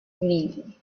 dream